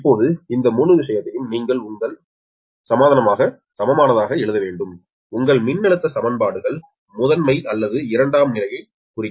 இப்போது இந்த முழு விஷயத்தையும் நீங்கள் உங்கள் சமமானதாக எழுத வேண்டும் உங்கள் மின்னழுத்த சமன்பாடுகள் முதன்மை அல்லது இரண்டாம் நிலையை குறிக்கின்றன